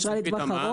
אשראי לטווח ארוך,